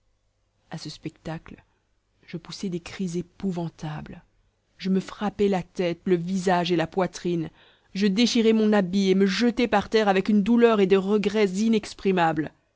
à ce spectacle je poussai des cris épouvantables je me frappai la tête le visage et la poitrine je déchirai mon habit et me jetai par terre avec une douleur et des regrets